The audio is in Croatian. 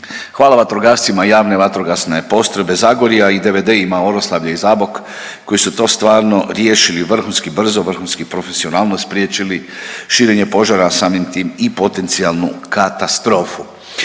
Hvala vatrogascima javne vatrogasne postrojbe Zagorja i DVD-ima Oroslavlje i Zabok koji su to stvarno riješili vrhunski brzo, vrhunski profesionalno i spriječili širenje požara, a samim tim i potencijalnu katastrofu.